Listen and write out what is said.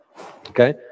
Okay